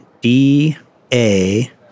D-A